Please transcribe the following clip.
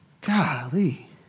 Golly